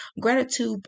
gratitude